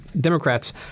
Democrats